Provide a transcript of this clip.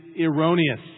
erroneous